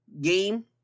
game